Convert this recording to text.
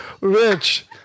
Rich